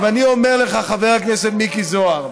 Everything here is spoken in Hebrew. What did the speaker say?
עכשיו, אני אומר לך, חבר הכנסת מיקי זוהר,